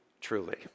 truly